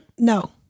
No